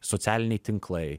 socialiniai tinklai